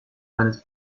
eines